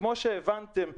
כמו שהבנתם,